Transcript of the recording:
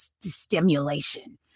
stimulation